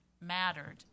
mattered